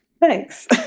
Thanks